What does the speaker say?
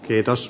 kiitos